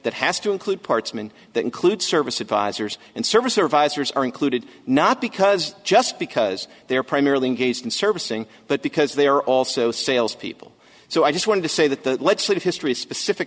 that has to include parts and that includes service advisors and service are visors are included not because just because they are primarily engaged in servicing but because they are also sales people so i just want to say that the legislative history specific